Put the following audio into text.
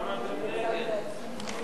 (הוראת שעה), התשע"א 2011, נתקבל.